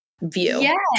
view